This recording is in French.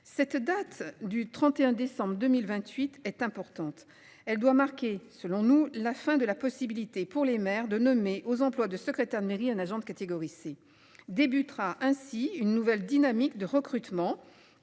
Cette date du 31 décembre 2028 est importante, elle doit marquer, selon nous, la fin de la possibilité pour les maires de nommer aux employes de secrétaire de mairie. Un agent de catégorie C débutera ainsi une nouvelle dynamique de recrutement